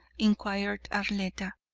inquired arletta.